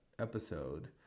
episode